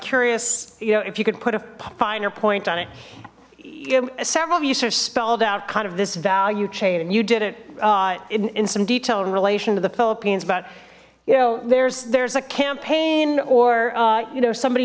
curious you know if you could put a finer point on it several views are spelled out kind of this value chain and you did it in some detail in relation to the philippines but you know there's there's a campaign or you know somebody